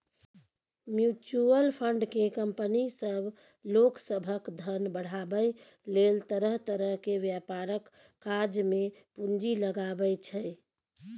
mutual fund केँ company सब लोक सभक धन बढ़ाबै लेल तरह तरह के व्यापारक काज मे पूंजी लगाबै छै